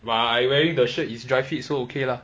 but I wearing the shirt is dry fit so okay lah